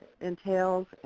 entails